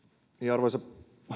arvoisa